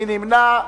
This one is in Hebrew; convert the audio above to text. מי נמנע?